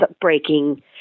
breaking